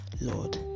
Lord